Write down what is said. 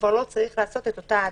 כבר לא צריך לעשות את אותה העדפה.